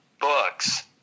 books